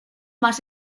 más